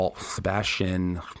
Sebastian